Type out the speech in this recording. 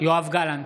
יואב גלנט,